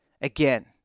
Again